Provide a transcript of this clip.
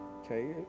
Okay